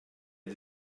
les